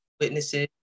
Witnesses